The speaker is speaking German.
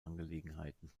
angelegenheiten